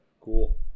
Cool